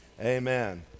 amen